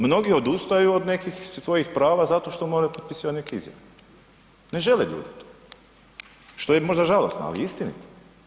Mnogi odustaju od nekih svojih prava zato što moraju potpisivati neke izjave, ne žele ljudi, što je možda žalosno ali je istinito.